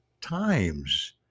times